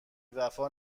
وفا